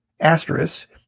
asterisk